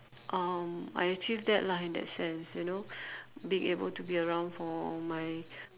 um I achieved that lah in that sense you know being able to be around for my